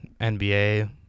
nba